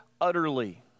utterly